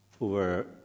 Over